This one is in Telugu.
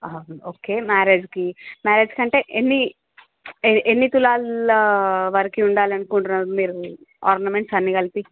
ఓకే మ్యారేజ్కి మ్యారేజ్కి అంటే ఎన్ని ఎన్ని తులాల వరకు ఉండాలి అనుకుంటున్నారు మీరు ఆర్నమెంట్స్ అన్నీ కలిపి